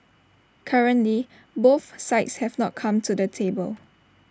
currently both sides have not come to the table